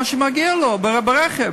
מה שמגיע לו ברכב?